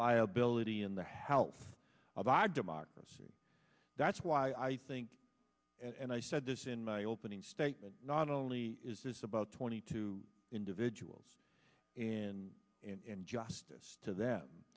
viability and the health of our democracy and that's why i think and i said this in my opening statement not only is this about twenty two individuals and injustice to them